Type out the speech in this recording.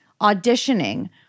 auditioning